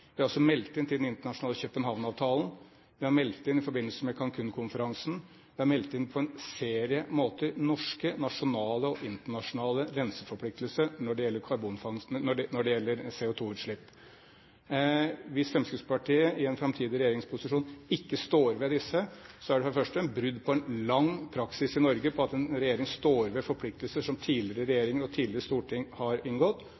Vi har altså meldt inn til den internasjonale København-avtalen og vi har meldt inn i forbindelse med Cancún-konferansen. Vi har meldt inn på en serie måter norske, nasjonale og internasjonale renseforpliktelser når det gjelder CO2-utslipp. Hvis Fremskrittspartiet i en framtidig regjeringsposisjon ikke står ved disse, er det for det første et brudd på en lang praksis i Norge med at en regjering står ved forpliktelser som tidligere regjeringer og tidligere storting har inngått.